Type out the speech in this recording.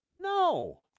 No